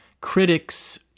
Critics